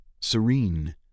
serene